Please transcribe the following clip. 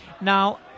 Now